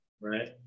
right